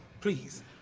Please